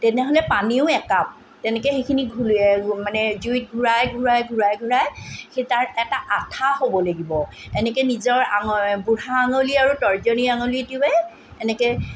তেনেহ'লে পানীও একাপ তেনেকৈ সেইখিনি ঘূলী মানে জুইত ঘূৰাই ঘূৰাই ঘূৰাই ঘূৰাই সেই তাৰ এটা আঠা হ'বলৈ দিব এনেকৈ নিজৰ বুঢ়া আঙলী আৰু তৰ্জনী আঙলীটোৱে এনেকৈ